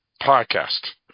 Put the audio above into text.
Podcast